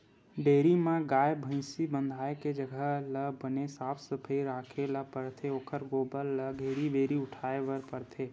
dairy म गाय, भइसी बंधाए के जघा ल बने साफ सफई राखे ल परथे ओखर गोबर ल घेरी भेरी उठाए बर परथे